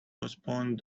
postpone